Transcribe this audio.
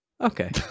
Okay